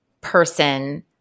person